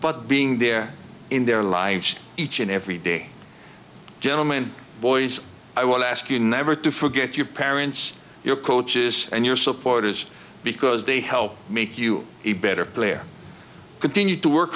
but being there in their lives each and every day gentlemen boys i will ask you never to forget your parents your coaches and your supporters because they help make you a better player continue to work